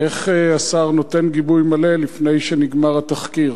איך השר נותן גיבוי מלא לפני שנגמר התחקיר?